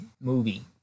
movie